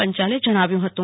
પંચાલે જણાવ્યું હતું